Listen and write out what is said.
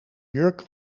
jurk